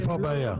איפה הבעיה?